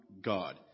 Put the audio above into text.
God